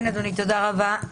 אדוני, תודה רבה.